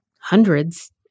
hundreds